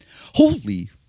Holy